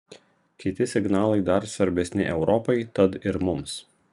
kiti signalai dar svarbesni europai tad ir mums